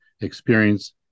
experience